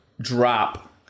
drop